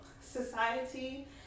society